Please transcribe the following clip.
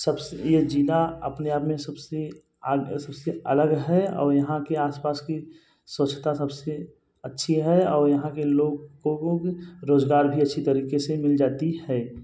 सब से ये ज़िला अपने आप में सब से आगे सब से अलग है और यहाँ के आस पास की स्वच्छता सब से अच्छी हैं और यहाँ के लोगों को रोज़गार भी अच्छी तरीक़े से मिल जाती है